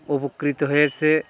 উপকৃত হয়েছে